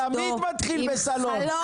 זה תמיד מתחיל בסלון.